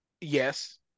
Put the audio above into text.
yes